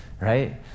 right